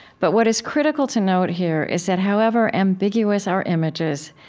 but what is critical to note here is that, however ambiguous our images,